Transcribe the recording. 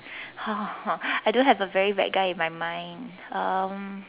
!huh! I don't have a very bad guy in my mind um